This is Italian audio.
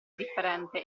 differente